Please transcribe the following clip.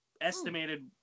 estimated